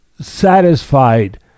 satisfied